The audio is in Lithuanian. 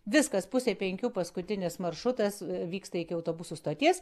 viskas pusė penkių paskutinis maršrutas vyksta iki autobusų stoties